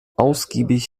ausgiebig